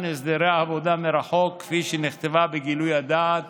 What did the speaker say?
הסדרי עבודה מרחוק כפי שנכתבה בגילוי הדעת